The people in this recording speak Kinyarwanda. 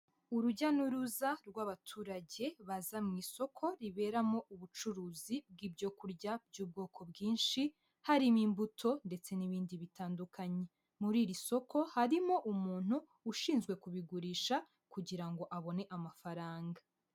Urujya n'uruza rw'abaturage baza mu isoko riberamo ubucuruzi bw'ibyo kurya by'ubwoko bwinshi, harimo imbuto, ndetse n'ibindi bitandukanye, muri iri soko harimo umuntu ushinzwe kubigurisha kugira ngo abone amafaranga.